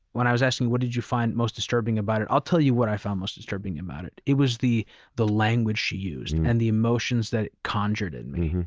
when i was asking you what did you find most disturbing about it, i'll tell you what i found most disturbing about it. it was the the language she used, and the emotions that it conjured in me,